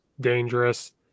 dangerous